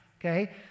okay